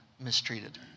mistreated